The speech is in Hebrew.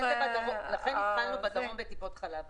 לכן התחלנו בטיפות חלב בדרום.